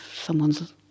someone's